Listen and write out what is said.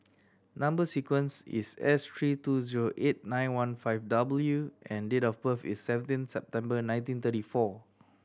number sequence is S three two zero eight nine one five W and date of birth is seventeen September nineteen thirty four